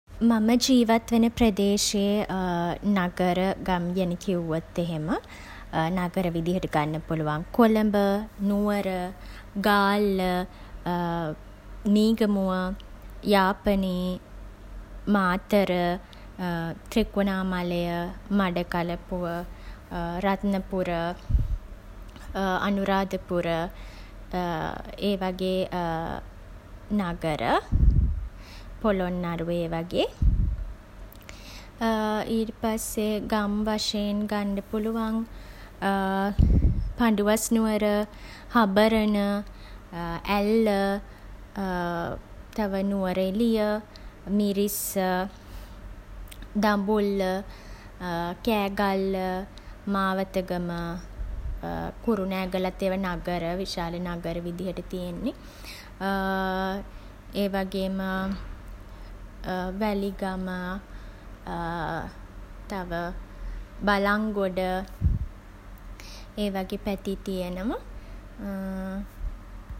මම ජීවත් වන ප්‍රදේශයේ නඟර ගම් ගැන කිව්වොත් එහෙම නඟර විදියට ගන්න පුළුවන් කොළඹ නුවර ගාල්ල මීගමුව යාපනේ මාතර ත්‍රිකුණාමලය මඩකලපුව රත්නපුර අනුරාධපුර ඒ වගේ නඟර. පොළොන්නරුව ඒ වගේ. ඊට පස්සේ ගම් වශයෙන් ගන්ඩ පුළුවන් පඬුවස්නුවර හබරණ ඇල්ල නුවරඑළිය මිරිස්ස දඹුල්ල කෑගල්ල මාවතගම කුරුණෑගලත් ඒවා නඟර විශාල නඟර විදිහට තියෙන්නේ. ඒ වගේම වැලිගම තව බලන්ගොඩ ඒ වගේ පැති තියනවා.